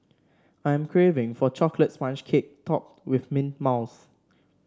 I am craving for a chocolate sponge cake topped with mint mousse